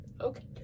Okay